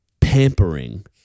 pampering